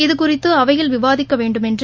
இது குறித்து அவையில் விவாதிக்க வேண்டுமென்று